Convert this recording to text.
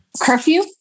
curfew